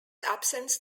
absence